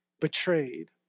betrayed